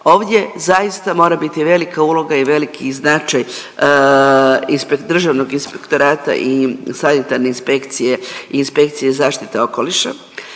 ovdje zaista mora biti velika uloga i veliki značaj ispred Državnog inspektorata i Sanitarne inspekcije i inspekcije zaštite okoliša.